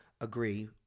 Agree